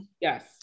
yes